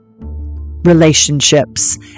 relationships